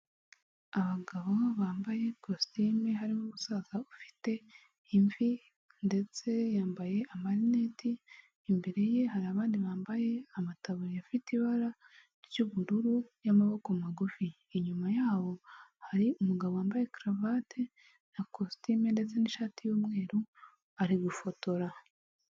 Abagabo bambaye kositimu harimo umusaza ufite imvi ndetse yambaye amaneti, imbere ye hari abandi bambaye amataburi afite ibara ry'ubururu n'amaboko magufi inyuma yabo hari umugabo wambaye karuvati na kositimu ndetse n'ishati y'umweru ari gufotora.